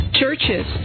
Churches